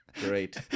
Great